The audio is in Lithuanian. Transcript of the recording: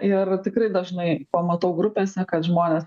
ir tikrai dažnai pamatau grupėse kad žmonės